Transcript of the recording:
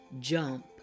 jump